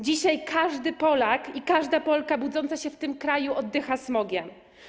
Dzisiaj każdy Polak i każda Polka budzący się w tym kraju oddychają smogiem.